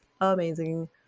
amazing